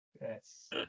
Yes